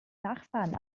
nachfahren